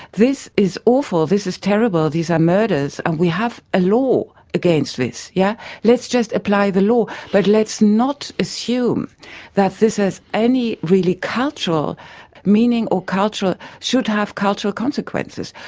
this is awful, this is terrible. these are murders, and we have a law against this. yeah let's just apply the law. but let's not assume that this has any really cultural meaning or should have cultural consequences.